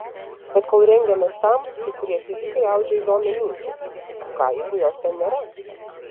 bet kol rengiamės tam kai kurie fizikai audžia įdomią mintį o ką jeigu jos ten nėra